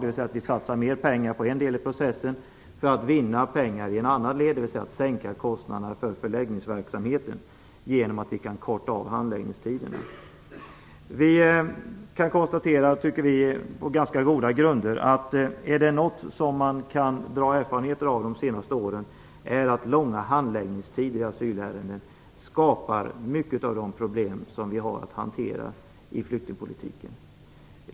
Vi vill satsa mer pengar på ett led i processen för att vinna pengar i ett annat led, dvs. en sänkning av kostnaderna för förläggningsverksamheten genom att handläggningstiderna kan förkortas. På ganska goda grunder anser vi att är det någonting som man kan dra erfarenhet av under de senaste åren är det att långa handläggningstider i asylärenden skapar många av de problem som man har att hantera inom flyktingpolitiken.